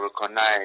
recognize